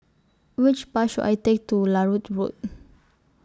Which Bus should I Take to Larut Road